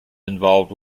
involved